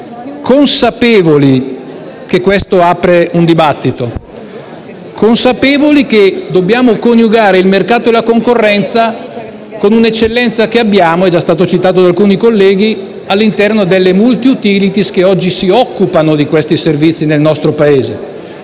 consapevoli che ciò apre un dibattito e che dobbiamo coniugare il mercato e la concorrenza con un'eccellenza che abbiamo - come è già stato citato da alcuni colleghi - all'interno delle *multiutilities* che oggi si occupano di questi servizi nel nostro Paese